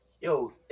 Yo